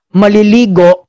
maliligo